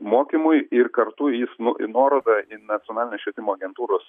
mokymui ir kartu jis nu į nuorodą į nacionalinę švietimo agentūros